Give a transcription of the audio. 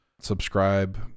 subscribe